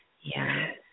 Yes